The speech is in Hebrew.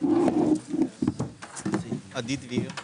הישיבה